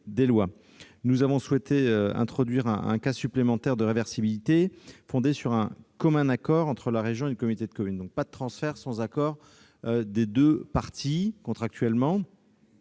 des lois. Nous avons souhaité introduire un cas supplémentaire de réversibilité fondé sur un commun accord entre la région et une communauté de communes. Il n'y a donc pas de transfert sans accord des deux parties. Notre